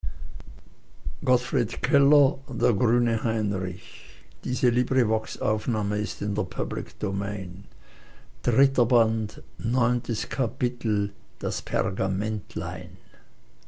dritter band erstes kapitel